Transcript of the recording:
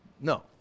No